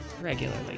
regularly